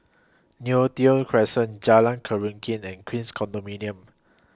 Neo Tiew Crescent Jalan Keruing and Queens Condominium